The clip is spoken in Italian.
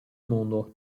mondo